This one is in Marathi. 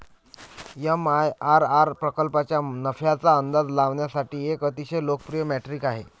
एम.आय.आर.आर प्रकल्पाच्या नफ्याचा अंदाज लावण्यासाठी एक अतिशय लोकप्रिय मेट्रिक आहे